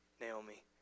Naomi